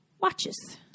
watches